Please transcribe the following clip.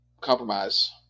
compromise